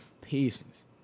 patience